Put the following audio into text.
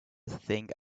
think